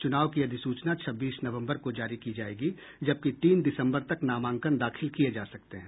चुनाव की अधिसूचना छब्बीस नवम्बर को जारी की जायेगी जबकि तीन दिसम्बर तक नामांकन दाखिल किये जा सकते हैं